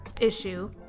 issue